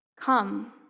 Come